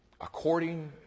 according